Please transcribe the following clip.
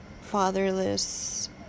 fatherless